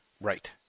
Right